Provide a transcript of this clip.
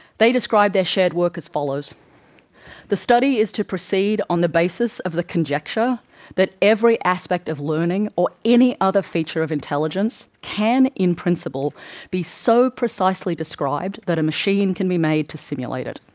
they described their shared work as follows the study is to proceed on the basis of the conjecture that every aspect of learning or any other feature of intelligence can in principle be so precisely described that a machine can be made to simulate it.